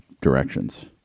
directions